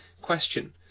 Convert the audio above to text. question